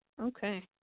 Okay